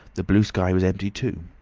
the blue sky was empty too.